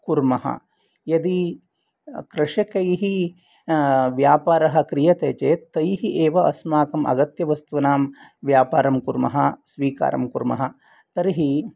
कुर्मः यदि कृषकैः व्यापारः क्रियते चेत् तैः एव अस्माकं अगत्यवस्तूनां व्यापारं कुर्मः स्वीकारं कुर्मः तर्हि